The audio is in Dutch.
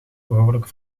behoorlijk